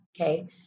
okay